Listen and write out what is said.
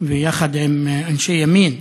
ביחד עם אנשי ימין,